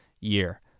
year